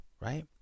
right